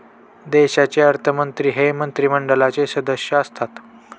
देशाचे अर्थमंत्री हे मंत्रिमंडळाचे सदस्य असतात